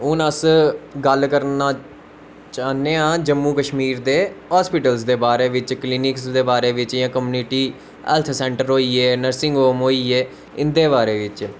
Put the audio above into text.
हून अस गल्ल करना चाह्ने आं जम्मू कश्मीर दे हस्पिटल दे बारे बिच्च जां क्लिनिक दे बारे बिच्च जां कम्यूनिटी हैल्थ सैंटर होईये नर्सिंग रूम होईये इंदे बारे च